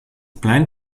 planned